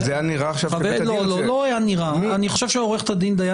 לא, מכובדיי --- מי